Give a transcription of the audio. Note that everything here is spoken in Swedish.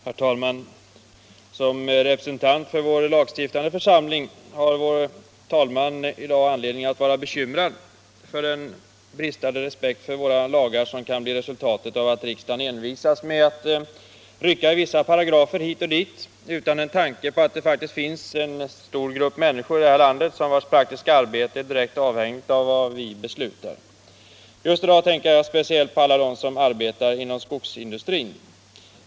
Herr talman! Som representant för vår lagstiftande församling har vår talman i dag anledning att vara bekymrad över den bristande respekt för våra lagar som kan bli resultatet av att riksdagen envisas med att rycka i vissa paragrafer hit och dit utan en tanke på att det faktiskt finns en stor grupp människor i det här landet, vars praktiska arbete är direkt avhängigt av vad vi beslutar. Just i dag tänker jag speciellt på alla dem som arbetar inom skogsindustrin.